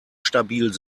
stabil